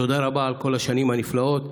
תודה רבה על כל השנים הנפלאות.